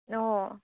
অঁ